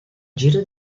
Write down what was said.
giro